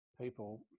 people